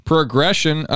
progression